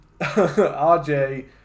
RJ